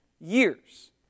years